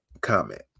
comment